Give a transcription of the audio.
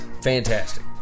fantastic